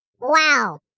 Wow